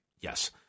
yes